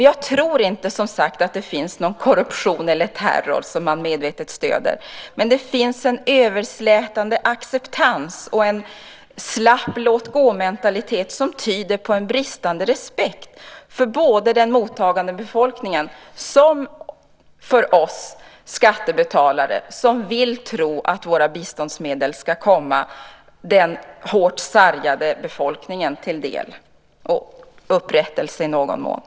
Jag tror som sagt inte att det finns någon korruption eller terror som man medvetet stöder. Men det finns en överslätande acceptans och en slapp låt-gå-mentalitet som tyder på en bristande respekt för både den mottagande befolkningen och för oss skattebetalare som vill tro att våra biståndsmedel ska komma den hårt sargade befolkningen till del och i någon mån ge upprättelse.